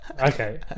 Okay